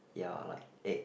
ya like egg